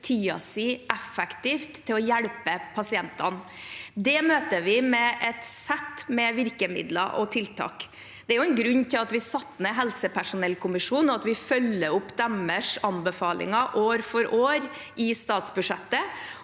tiden sin effektivt til å hjelpe pasientene. Det møter vi med et sett med virkemidler og tiltak. Det er en grunn til at vi satte ned helsepersonellkommisjonen, og at vi følger opp deres anbefalinger år for år i statsbudsjettet.